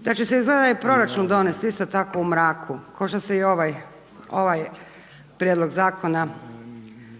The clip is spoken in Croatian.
da će se izgleda i proračun donesti isto tako u mraku kao što se i ovaj prijedlog zakona